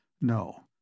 No